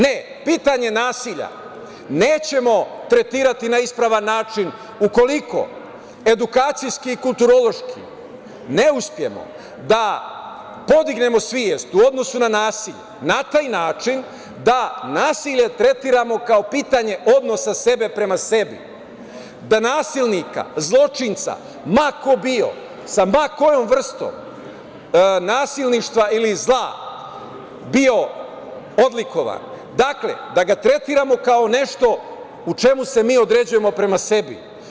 Ne, pitanje nasilja nećemo tretirati na ispravan način ukoliko edukacijski i kulturološki ne uspemo da podignemo svest u odnosu na nasilje, na taj način da nasilje tretiramo kao pitanje odnosa sebe prema sebi, da nasilnika, zločinca, ma ko bio, sa ma kojom vrstom nasilništva ili zla bio odlikovan, dakle, da ga tretiramo kao nešto u čemu se mi određujemo prema sebi.